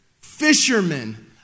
fishermen